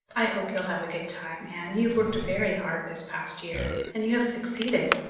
i hope you'll have a good time, anne. you've worked very hard this past year and you have succeeded.